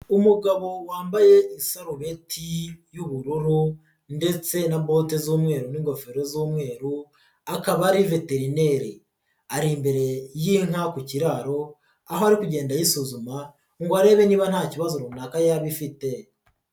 Umugabo wambaye isarubeti y'ubururu ndetse na bote z'umweru n'ingofero z'umweru akaba ari veterineri, ari imbere y'inka ku kiraro aho ari kugenda ayisuzuma ngo arebe niba nta kibazo runaka yaba ifite.